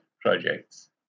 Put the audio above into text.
projects